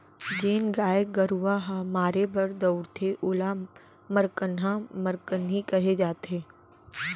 जेन गाय गरूवा ह मारे बर दउड़थे ओला मरकनहा मरकनही कहे जाथे